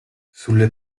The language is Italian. sulle